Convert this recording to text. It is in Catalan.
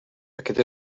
aquest